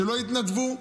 שלא יתנדבו?